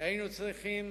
שהיינו צריכים